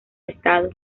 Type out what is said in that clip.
estado